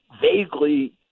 vaguely